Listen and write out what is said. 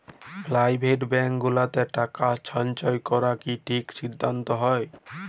private bank গুলাতে টাকা সল্চয় ক্যরা কি ঠিক সিদ্ধাল্ত হ্যয়